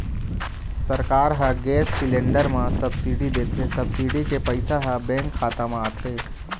सरकार ह gas cylinder म सब्सिडी देथे, सब्सिडी के पइसा ह बेंक खाता म आथे